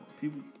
People